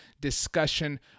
discussion